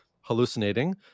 hallucinating